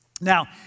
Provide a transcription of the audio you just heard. Now